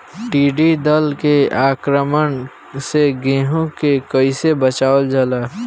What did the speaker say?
टिडी दल के आक्रमण से गेहूँ के कइसे बचावल जाला?